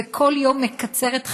וכל יום מקצר את חייהם,